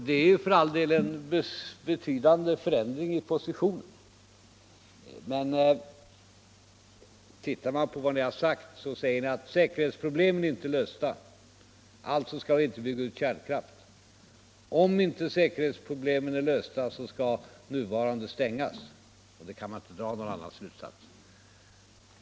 Det är för all del en betydande förändring i positionen, men ni har sagt att säkerhetsproblemen inte är lösta — alltså skall vi inte bygga ut kärnkraften. Om inte säkerhetsproblemen är lösta skall de kärnkraftverk som nu är i drift stängas. Man kan inte dra någon annan slutsats.